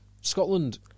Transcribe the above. Scotland